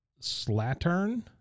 Slattern